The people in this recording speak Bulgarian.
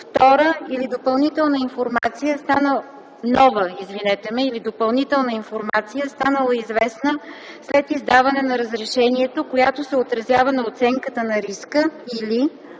нова или допълнителна информация, станала известна след издаване на разрешението, която се отразява на оценката на риска или 2.